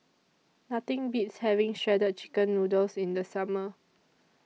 Nothing Beats having Shredded Chicken Noodles in The Summer